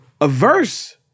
averse